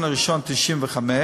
1 בינואר 1995,